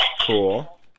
Cool